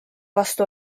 vastu